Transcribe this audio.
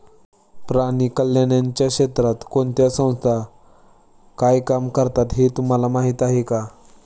प्राणी कल्याणाच्या क्षेत्रात कोणत्या संस्था काय काम करतात हे तुम्हाला माहीत आहे का?